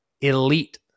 elite